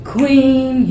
Queen